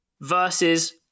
versus